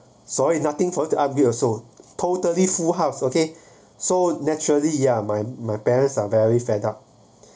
sorry nothing for the up here also totally full house okay so naturally ya my my parents are very fed up